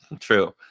true